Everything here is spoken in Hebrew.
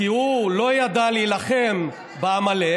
כי הוא לא ידע להילחם בעמלק,